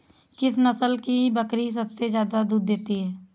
किस नस्ल की बकरी सबसे ज्यादा दूध देती है?